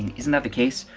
isn't that the case?